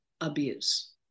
abuse